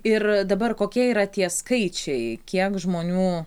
ir dabar kokie yra tie skaičiai kiek žmonių